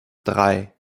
drei